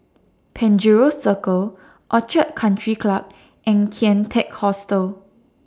Penjuru Circle Orchid Country Club and Kian Teck Hostel